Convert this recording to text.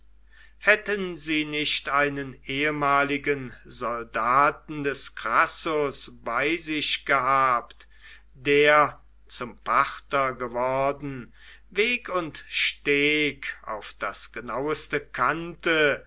hätten sie nicht einen ehemaligen soldaten des crassus bei sich gehabt der zum parther geworden weg und steg auf das genaueste kannte